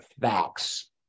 facts